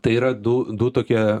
tai yra du du tokie